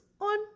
on